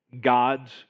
God's